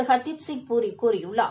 ஹர்தீப்சிங் பூரி கூறியுள்ளார்